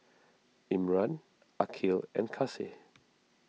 Imran Aqil and Kasih